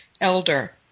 elder